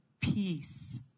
peace